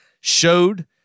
Showed